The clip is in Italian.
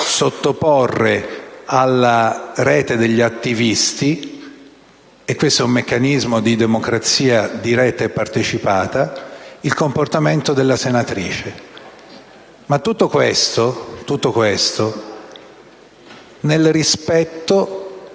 sottoporre alla rete degli attivisti - e questo è un meccanismo di democrazia diretta e partecipata - il comportamento della senatrice, ma tutto questo nel rispetto